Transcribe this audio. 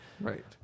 right